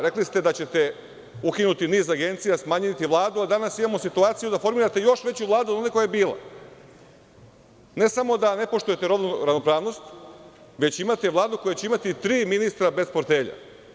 Rekli ste da ćete ukinuti niz agencija, smanjiti Vladu, a danas imamo situaciju da formirate još veću Vladu nego što je bila i ne samo da ne poštujete rodnu ravnopravnost, već ćemo imati Vladu koja će imati tri ministra bez portfelja.